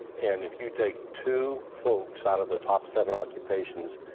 and if you take two folks out of the top seven occupations,